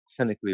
clinically